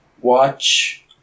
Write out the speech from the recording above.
Watch